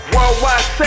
Worldwide